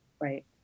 right